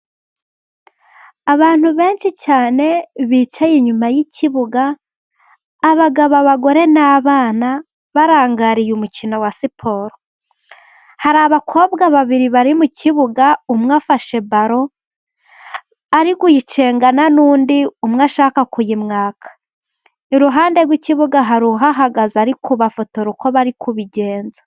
Abantu benshi cyane bicaye inyuma y'ikibuga abagabo, abagore, n'abana, barangariye umukino wa siporo. Hari abakobwa babiri bari mu kibuga, umwe afashe baro ari kuyicengana n'undi umwe ashaka kuyimwaka. Iruhande rw'ikibuga hari uhahagaze ari kubafotora uko bari kubigenza.